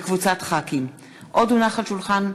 מאיר שטרית, אלעזר שטרן,